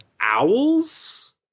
Owls